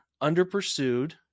under-pursued